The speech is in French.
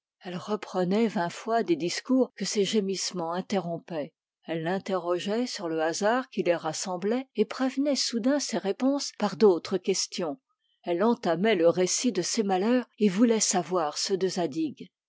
elle reprenait vingt fois des discours que ses gémissements interrompaient elle l'interrogeait sur le hasard qui les rassemblait et prévenait soudain ses réponses par d'autres questions elle entamait le récit de ses malheurs et voulait savoir ceux de